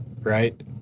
right